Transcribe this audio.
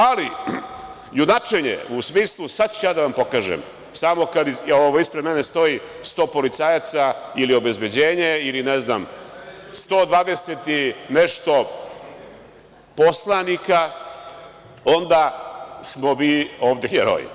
Ali, junačenje u smislu – sada ću ja da vam pokažem, samo kad ispred mene stoji 100 policajaca ili obezbeđenje ili 120 i nešto poslanika, onda smo mi ovde heroji.